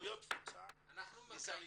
לכמויות תפוצה מזעריות.